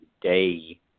day